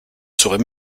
saurais